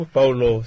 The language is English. Paulo